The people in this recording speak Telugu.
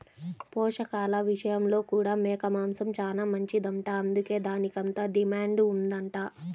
పోషకాల విషయంలో కూడా మేక మాంసం చానా మంచిదంట, అందుకే దానికంత డిమాండ్ ఉందంట